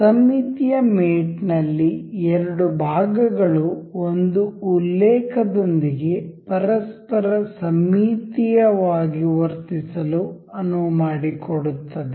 ಸಮ್ಮಿತೀಯ ಮೇಟ್ ನಲ್ಲಿ ಎರಡು ಭಾಗಗಳು ಒಂದು ಉಲ್ಲೇಖದೊಂದಿಗೆ ಪರಸ್ಪರ ಸಮ್ಮಿತೀಯವಾಗಿ ವರ್ತಿಸಲು ಅನುವು ಮಾಡಿಕೊಡುತ್ತದೆ